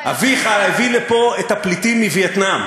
אביך הביא לפה את הפליטים מווייטנאם.